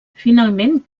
finalment